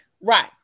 right